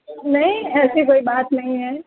نہیں ایسی کوئی بات نہیں ہے